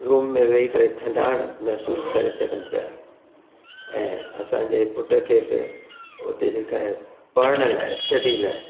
room में वेही करे थधाणु महसूसु करे सघनि पिया ऐं असांजे पुटु खे बि हुते जेका आहे पढ़ण लाइ स्टडी लाइ